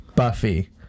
Buffy